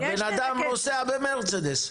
הבן אדם נוסע במרצדס.